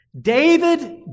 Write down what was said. David